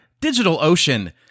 DigitalOcean